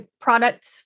product